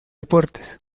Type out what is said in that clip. deportes